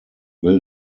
will